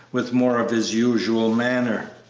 with more of his usual manner,